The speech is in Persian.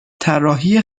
طراحی